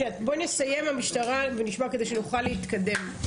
נסיים עם המשטרה ונשמע את הדברים כדי שנוכל להתקדם.